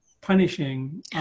punishing